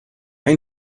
ein